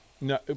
No